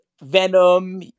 Venom